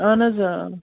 اَہن حظ آ